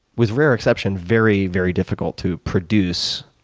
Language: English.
with rare exception very, very difficult to produce